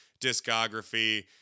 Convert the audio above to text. discography